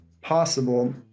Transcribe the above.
possible